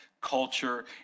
culture